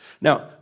Now